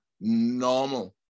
normal